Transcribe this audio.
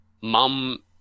mum